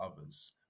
others